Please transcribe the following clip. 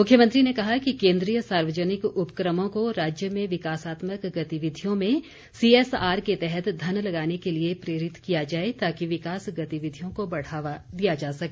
मुख्यमंत्री ने कहा कि केन्द्रीय सार्यजनिक उपक्रमों को राज्य में विकासात्मक गतिविधियों में सीएसआर के तहत धन लगाने के लिए प्रेरित किया जाए ताकि विकास गतिविधियों को बढ़ावा दिया जा सके